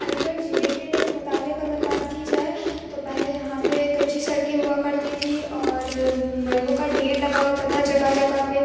علی گڑھ ضلعے کے متعلق اگر بات کی جائے تو پہلے یہاں پہ کچی سڑکیں ہُوا کرتی تھیں اور ملبوں کا ڈھیر لگا ہوتا تھا جگہ جگہ پہ